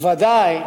ובוודאי